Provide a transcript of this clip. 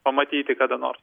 pamatyti kada nors